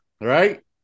right